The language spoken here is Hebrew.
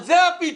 על זה הפיצוץ.